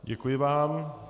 Děkuji vám.